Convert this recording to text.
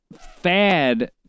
fad